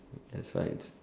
that's why it's